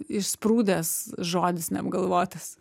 išsprūdęs žodis neapgalvotas